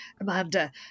Amanda